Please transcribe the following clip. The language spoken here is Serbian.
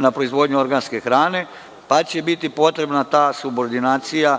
na proizvodnju organske hrane, pa će biti potrebna ta subordinacija